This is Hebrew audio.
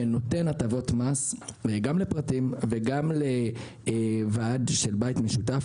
שנותן הטבות מס גם לפרטים וגם לוועד של בית משותף,